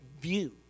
view